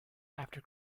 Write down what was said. after